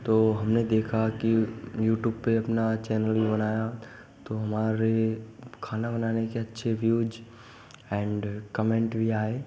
तो हमने देखा कि यू यूट्यूब पर अपना चैनल बनाया तो हमारी खाना बनाने की अच्छी व्यूज एंड कमेंट भी आए